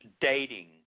dating